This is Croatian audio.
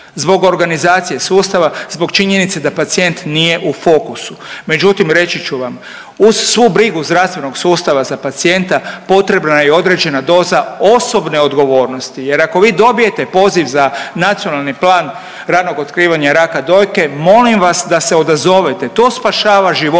zbog organizacije sustava, zbog činjenice da pacijent nije u fokusu. Međutim, reći ću vam uz svu brigu zdravstvenog sustava za pacijenta, potrebna je i određena doza osobne odgovornosti jer ako vi dobijete poziv za nacionalni plan ranog otkrivanja raka dojke molim vas da se odazovete. To spašava živote,